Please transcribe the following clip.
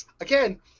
again